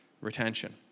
retention